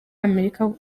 amerika